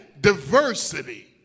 diversity